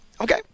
okay